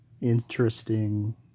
interesting